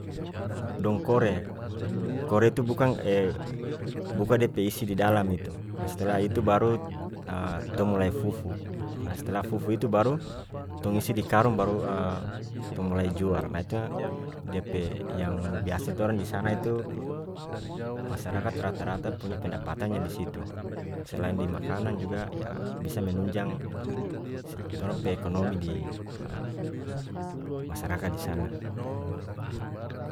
Dong kore-kore itu bukang buka dia pe isi di dalam itu nah setelah itu baru tong mulai fufu nah setelah fufu itu baru tong isi di karung baru tong mulai jual nah itu dia pe yang biasa torang di sana itu masyarakat rata rata punya pendapatannya di situ selain di makanang juga yah bisa menunjang torang pe ekonomi di masyarakat di sana.